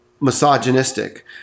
misogynistic